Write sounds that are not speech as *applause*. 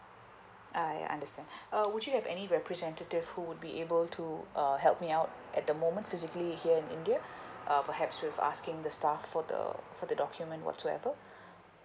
I understand *breath* uh would you have any representative who would be able to uh help me out at the moment physically here in india *breath* uh perhaps with asking the staff for the for the document whatsoever *breath*